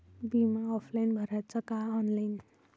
बिमा ऑफलाईन भराचा का ऑनलाईन?